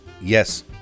yes